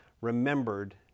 remembered